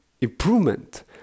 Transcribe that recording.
improvement